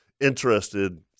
interested